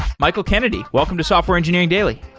michael kennedy, welcome to software engineering daily.